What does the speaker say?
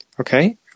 Okay